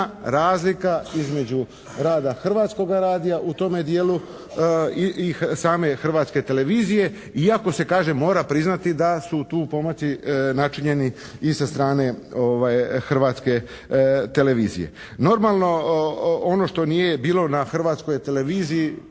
razlika između rada Hrvatskoga radija u tome dijelu i same Hrvatske televizije iako se kažem mora priznati da su tu pomaci načinjeni i sa strane Hrvatske televizije. Normalno ono što nije bilo na Hrvatskoj televiziji